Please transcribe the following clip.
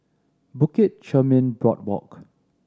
Bukit Chermin Boardwalk